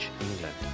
England